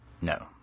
No